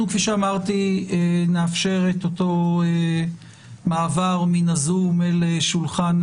אנחנו כפי שאמרתי נאפשר את אותו מעבר מן הזום אל שולחן